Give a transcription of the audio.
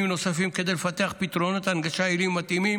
נוספים כדי לפתח פתרונות הנגשה יעילים ומתאימים.